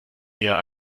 eher